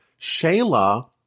Shayla